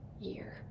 year